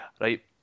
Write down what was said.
Right